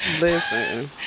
Listen